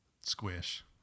Squish